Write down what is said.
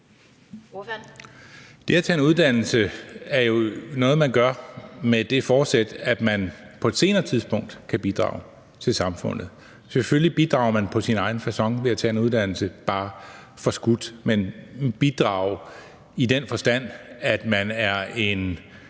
Det at tage en uddannelse er jo noget, man gør med det forsæt, at man på et senere tidspunkt kan bidrage til samfundet. Selvfølgelig bidrager man på sin egen facon ved at tage en uddannelse – bare forskudt – men i forhold til at bidrage i den forstand, at man ikke